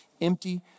empty